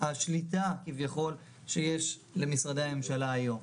השליטה כביכול שיש למשרדי הממשלה היום.